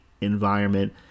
environment